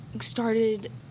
started